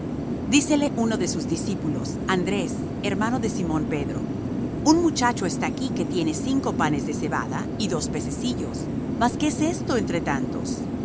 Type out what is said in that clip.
dícele uno de sus discípulos andrés hermano de simón pedro un muchacho está aquí que tiene cinco panes de cebada y dos pececillos mas qué es esto entre tantos